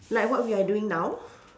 like what we are doing now